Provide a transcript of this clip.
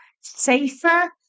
safer